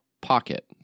Pocket